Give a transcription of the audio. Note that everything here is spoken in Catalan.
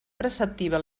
preceptiva